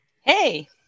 hey